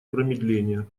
промедления